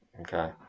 Okay